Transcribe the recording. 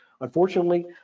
Unfortunately